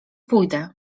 pójdę